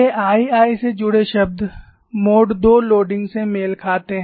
A II से जुड़े शब्द मोड II भार से मेल खाते हैं